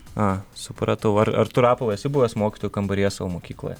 a supratau ar tu rapolai esi buvęs mokytojų kambaryje savo mokykloje